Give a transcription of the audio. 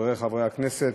חברי חברי הכנסת,